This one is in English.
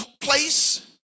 place